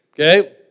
Okay